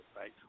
right